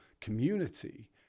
community